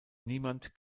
niemand